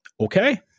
okay